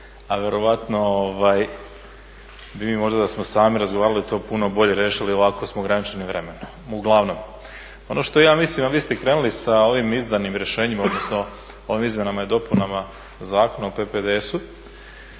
a vjerojatno da smo mi možda sami razgovarali bi to puno bolje riješili ovako smo ograničeni vremenom. Uglavnom, ono što ja mislim, a vi ste krenuli sa ovim izdanim rješenjima odnosno ovim izmjenama i dopunama Zakona o PPDS-u